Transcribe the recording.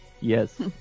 Yes